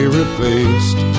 replaced